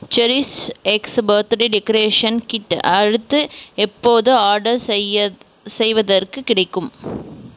செரிஷ்எக்ஸ் birthday decoration kit அடுத்து எப்போது order செய்ய செய்வதற்குக் கிடைக்கும்